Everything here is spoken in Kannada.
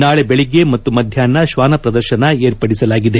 ನಾಳಿ ಬೆಳಗ್ಗೆ ಮತ್ತು ಮಧ್ಯಾಷ್ನ ಶ್ವಾನ ಪ್ರದರ್ಶನ ವಿರ್ಪಡಿಸಲಾಗಿದೆ